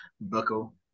Buckle